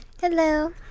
Hello